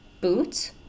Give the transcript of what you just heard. boots